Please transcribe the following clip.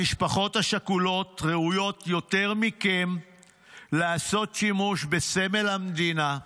המשפחות השכולות ראויות יותר מכם לעשות שימוש בסמל המדינה.